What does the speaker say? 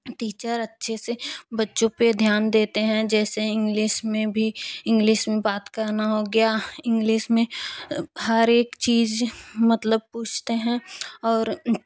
teacher अच्छे से बच्चों पर ध्यान देते हैं जैसे इंग्लिस में भी इंग्लिस में बात करना हो गया इंग्लिस में हर एक चीज़ मतलब पूछते हैं और